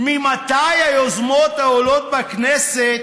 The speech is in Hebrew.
ממתי היוזמות העולות בכנסת